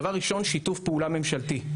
דבר ראשון, שיתוף פעולה ממשלתי.